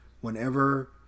whenever